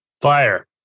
fire